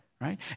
right